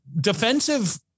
defensive